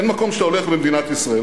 אין מקום שאתה הולך במדינת ישראל,